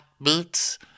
boots